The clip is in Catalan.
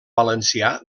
valencià